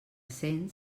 cent